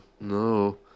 no